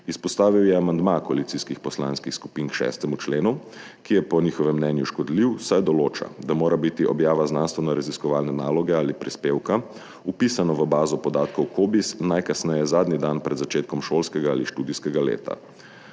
Izpostavil je amandma koalicijskih poslanskih skupin k 6. členu, ki je po njihovem mnenju škodljiv, saj določa, da mora biti objava znanstvenoraziskovalne naloge ali prispevka vpisana v bazo podatkov COBISS najkasneje zadnji dan pred začetkom šolskega ali študijskega leta.